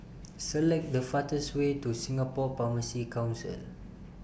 Select The fastest Way to Singapore Pharmacy Council